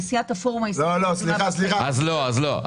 נשיאת הפורום הישראלי לתזונה בת קיימא.